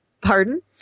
pardon